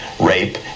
rape